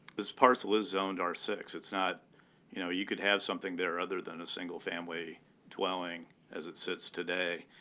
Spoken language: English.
this parcel is zoned r six. it's not you know you could have something there other than a single family dwelling as it sits today.